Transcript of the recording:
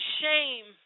shame